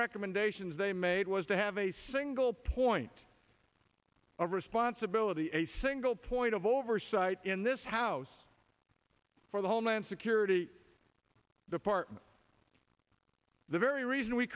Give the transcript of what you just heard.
recommendations they made was to have a single point of responsibility a single point of oversight in this house for the homeland security department the very reason we